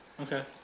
Okay